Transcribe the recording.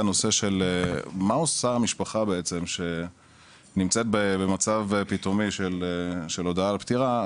הכתובת למשפחה שנמצאת במצב של הודעה על פטירה.